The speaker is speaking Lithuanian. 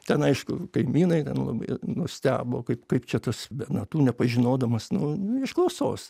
ten aišku kaimynai ten labai nustebo kaip kaip čia tas be natų nepažinodamas nu iš klausos